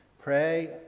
pray